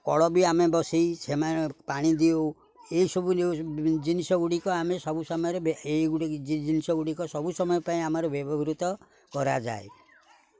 କଳ ବି ଆମେ ବସେଇ ସେମାନେ ପାଣି ଦେଉ ଏହିସବୁ ଯେଉଁ ଜିନିଷ ଗୁଡ଼ିକ ଆମେ ସବୁ ସମୟରେ ଏଇ ଗୁଡ଼ିକ ଜିନିଷ ଗୁଡ଼ିକ ସବୁ ସମୟ ପାଇଁ ଆମର ବ୍ୟବହୃତ କରାଯାଏ